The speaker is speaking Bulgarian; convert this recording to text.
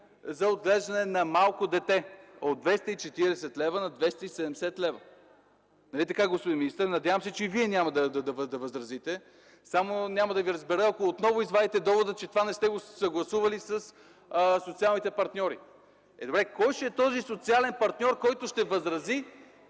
за отглеждане на малко дете от 240 лв. на 270 лв. Нали така, господин министър? Надявам се, че и Вие няма да възразите. Няма да Ви разбера обаче, ако отново извадите довода, че не сте съгласували това със социалните партньори. Кой ще бъде този социален партньор, който ще възрази